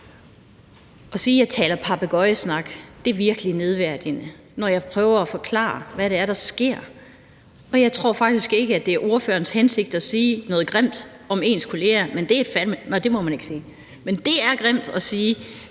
At sige, at jeg taler papegøjesnak, er virkelig nedværdigende, når jeg prøver at forklare, hvad det er, der sker. Og jeg tror faktisk ikke, at det er spørgerens hensigt at sige noget grimt om sine kolleger, men det er grimt at sige, at nogen taler